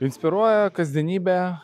inspiruoja kasdienybę